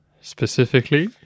Specifically